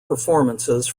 performances